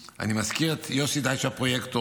אני מזכיר את יוסי דייטש, הפרויקטור,